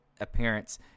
appearance